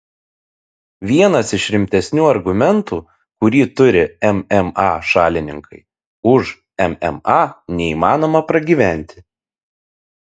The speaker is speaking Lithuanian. vienas iš rimtesnių argumentų kurį turi mma šalininkai už mma neįmanoma pragyventi